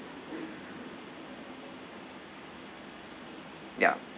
ya